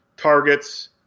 Targets